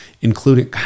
including